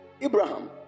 Abraham